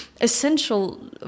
essential